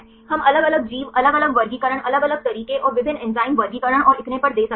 हम अलग अलग जीव अलग अलग वर्गीकरण अलग अलग तरीके और विभिन्न एंजाइम वर्गीकरण और इतने पर दे सकते हैं